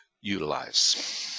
utilize